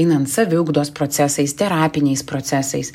einant saviugdos procesais terapiniais procesais